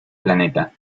planeta